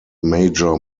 major